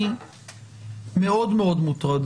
אני מאוד מאוד מוטרד